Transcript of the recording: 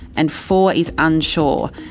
and four is unsure.